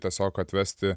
tiesiog atvesti